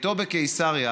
ביתו בקיסריה,